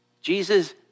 Jesus